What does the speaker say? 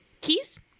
Keys